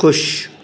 ख़ुशि